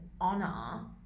honor